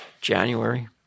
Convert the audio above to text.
January